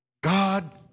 God